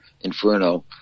Inferno